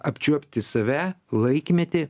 apčiuopti save laikmetį